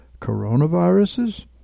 coronaviruses